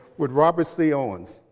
with robert c. owens.